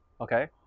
Okay